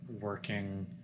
working